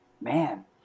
man